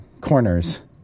corners